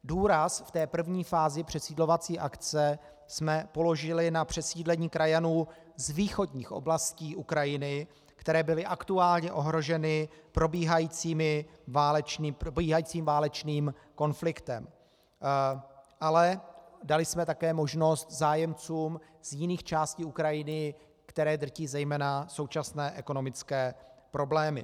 Důraz v té první fázi přesídlovací akce jsme položili na přesídlení krajanů z východních oblastí Ukrajiny, které byly aktuálně ohroženy probíhajícím válečným konfliktem, ale dali jsme také možnost zájemcům z jiných částí Ukrajiny, které drtí zejména současné ekonomické problémy.